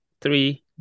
three